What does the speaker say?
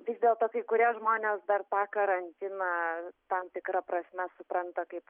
vis dėlto kai kurie žmonės dar tą karantiną tam tikra prasme supranta kaip